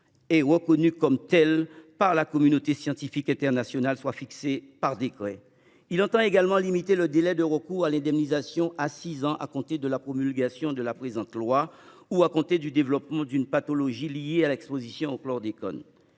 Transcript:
reconnues comme telles par la communauté scientifique internationale, soit fixée par décret. Il a également pour objet de limiter le délai de recours à l’indemnisation à six ans à compter de la promulgation du présent texte ou du développement d’une pathologie liée à l’exposition au chlordécone.